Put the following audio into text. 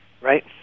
right